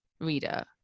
reader